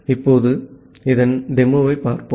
இப்போது இதன் டெமோவைப் பார்ப்போம்